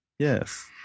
yes